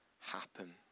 happen